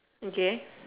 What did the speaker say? okay